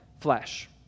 flesh